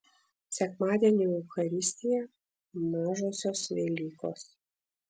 sekmadienio eucharistija mažosios velykos